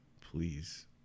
Please